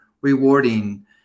rewarding